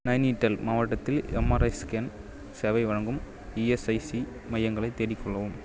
நைனிடல் மாவட்டத்தில் MRI scan சேவை வழங்கும் இஎஸ்ஐசி மையங்களைத் தேடிக் கொள்ளவும்